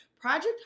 Project